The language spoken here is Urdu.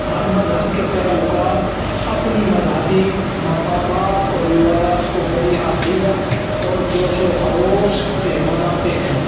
ہر مذہب کے پیروکار اپنی مذہبی مقامات اور روایات کو بڑی عقیدت اور جوش و خروش سے مناتے ہیں